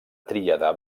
tríada